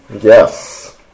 Yes